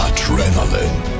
Adrenaline